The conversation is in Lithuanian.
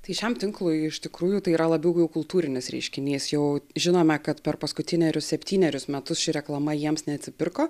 tai šiam tinklui iš tikrųjų tai yra labiau jau kultūrinis reiškinys jau žinome kad per paskutinerius septynerius metus ši reklama jiems neatsipirko